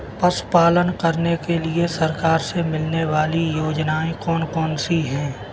पशु पालन करने के लिए सरकार से मिलने वाली योजनाएँ कौन कौन सी हैं?